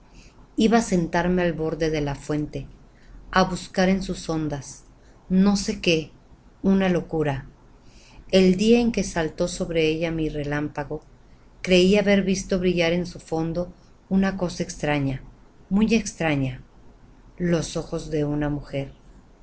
iba á sentarme al borde de la fuente á buscar en sus ondas no sé qué una locura el día en que salté sobre ella con mi relámpago creí haber visto brillar en su fondo una cosa extraña muy extraña los ojos de mujer